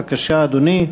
בבקשה, אדוני.